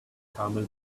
camel